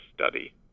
study